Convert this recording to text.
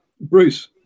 Bruce